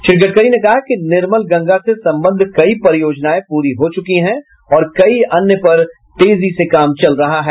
श्री गडकरी ने कहा कि निर्मल गंगा से संबद्ध कई परियोजनाएं पूरी हो चुकी हैं और कई अन्य पर तेजी से काम चल रहा है